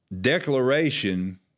Declaration